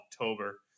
October